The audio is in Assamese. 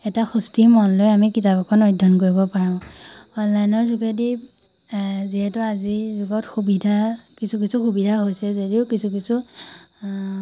এটা সুস্থিৰ মন লৈ আমি কিতাপ এখন অধ্যয়ন কৰিব পাৰোঁ অনলাইনৰ যোগেদি এ যিহেতু আজিৰ যুগত সুবিধা কিছু কিছু সুবিধা হৈছে যদিও কিছু কিছু